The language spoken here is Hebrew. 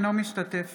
אינו משתתף